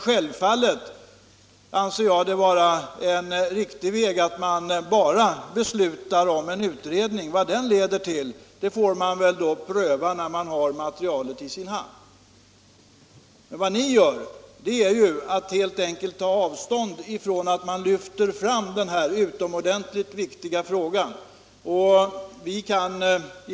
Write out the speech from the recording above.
Självfallet anser jag det vara riktigt att vi bara beslutar om en utredning. Vad den leder till får vi se när vi har materialet framme. Vad ni gör är helt enkelt att ni tar avstånd från tanken att lyfta fram denna utomordentligt viktiga fråga.